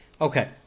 Okay